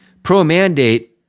pro-mandate